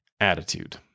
attitude